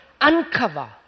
uncover